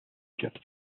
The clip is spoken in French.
cat